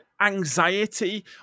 anxiety